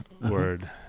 word